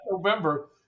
november